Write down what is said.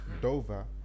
Dover